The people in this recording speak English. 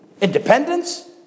independence